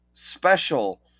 special